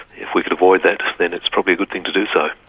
if we could avoid that then it's probably a good thing to do so.